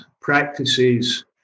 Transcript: practices